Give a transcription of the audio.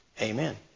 Amen